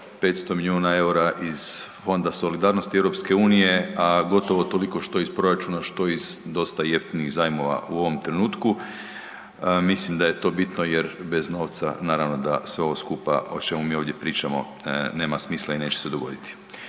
500 milijuna era iz Fonda solidarnosti EU, a gotovo toliko što iz proračuna, što iz dosta jeftinih zajmova. U ovom trenutku mislim da je to bitno jer bez novaca naravno da sve ovo skupa o čemu mi ovdje pričamo nema smisla i neće se dogoditi.